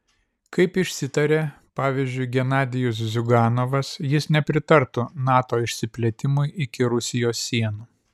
kaip išsitarė pavyzdžiui genadijus ziuganovas jis nepritartų nato išsiplėtimui iki rusijos sienų